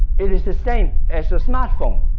it is the same as a smart phone,